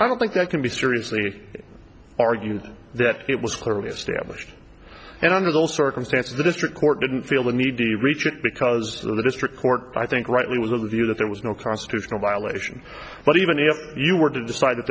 i don't think that can be seriously argued that it was clearly established and under those circumstances the district court didn't feel the need to reach it because of the district court i think rightly was of the view that there was no constitutional violation but even if you were to decide